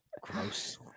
Gross